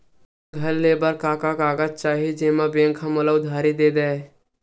घर ले बर का का कागज चाही जेम मा बैंक हा मोला उधारी दे दय?